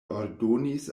ordonis